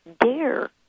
dare